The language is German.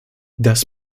das